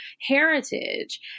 heritage